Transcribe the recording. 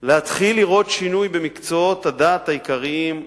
להתחיל לראות שינוי במקצועות הדעת העיקריים,